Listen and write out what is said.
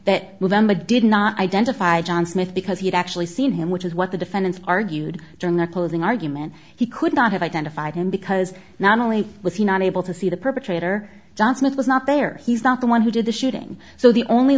movember did not identify john smith because you'd actually seen him which is what the defendants argued during their closing argument he could not have identified him because not only was he not able to see the perpetrator john smith was not there he's not the one who did the shooting so the only